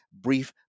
brief